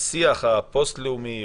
השיח הפוסט-לאומי,